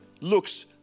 looks